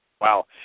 Wow